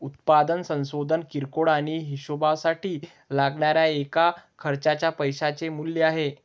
उत्पादन संशोधन किरकोळ आणि हीशेबासाठी लागणाऱ्या एका खर्चाच्या पैशाचे मूल्य आहे